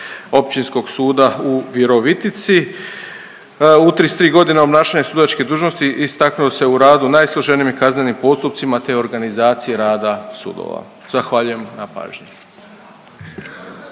Općinskog suda u Virovitici. U 33 godine obnašanja sudačke dužnosti istaknuo se u radu najsloženijim i kaznenim postupcima te organizaciji rada sudova. Zahvaljujem na pažnji.